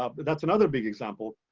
ah but that's another big example.